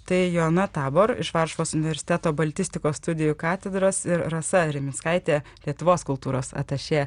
tai joana tabor iš varšuvos universiteto baltistikos studijų katedros ir rasa rimickaitė lietuvos kultūros atašė